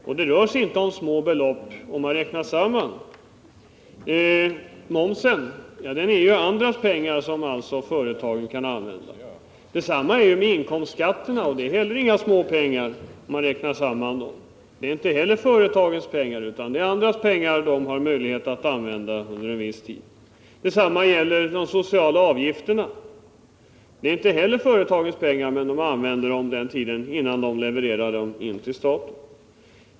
Och det rör sig inte om små belopp, om man räknar samman summorna. Moms är andras pengar som företagen alltså kan använda. Detsamma gäller inkomstskatten, och det är inte heller några små summor, om man räknar samman beloppen. Inte heller det är företagens pengar, utan det är andras pengar som företagen har möjlighet att använda under en viss tid. Detsamma gäller de sociala avgifterna, som företagen använder innan de levererar in dem till staten.